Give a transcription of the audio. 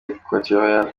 equatoriale